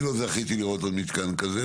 אני לא זכיתי לראות מתקן כזה,